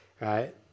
right